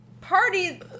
party